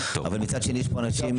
אבל מצד שני יש פה אנשים שהגיעו.